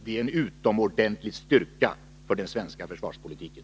Det är en utomordentlig styrka för den svenska försvarspolitiken.